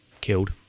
killed